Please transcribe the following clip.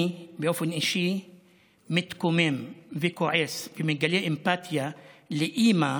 אני באופן אישי מתקומם וכועס ומגלה אמפתיה לאימא,